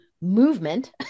movement